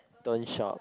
don't shop